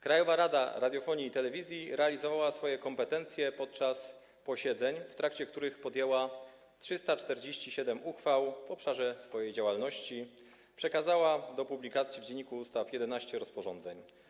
Krajowa Rada Radiofonii i Telewizji realizowała swoje kompetencje podczas posiedzeń, w trakcie których podjęła 347 uchwał w obszarze swojej działalności, przekazała do publikacji w Dzienniku Ustaw 11 rozporządzeń.